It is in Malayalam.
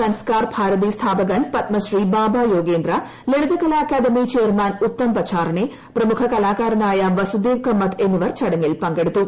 സൻസ്കാർ ഭാരതി സ്ഥാപകൻ പത്മശ്രീ ബാബ യോഗേന്ദ്ര ലളിത കലാ അക്കാഡമി ചെയർമാൻ ഉത്തം പച്ചാർണെ പ്രമുഖ കലാകാരനായ വസുദേവ കമ്മത്ത് എന്നിവർ ചടങ്ങിൽ പങ്കെടുത്തു